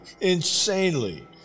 insanely